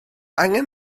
angen